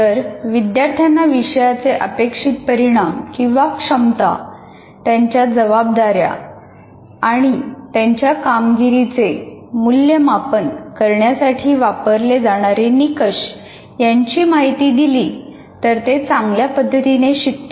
जर विद्यार्थ्यांना विषयांचे अपेक्षित परिणाम किंवा क्षमता त्यांच्या जबाबदाऱ्या आणि त्यांच्या कामगिरीचे मूल्यमापन करण्यासाठी वापरले जाणारे निकष यांची माहिती दिली तर ते चांगल्या पद्धतीने शिकतात